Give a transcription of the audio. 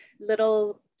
little